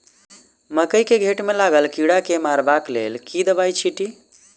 मकई केँ घेँट मे लागल कीड़ा केँ मारबाक लेल केँ दवाई केँ छीटि?